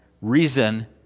reason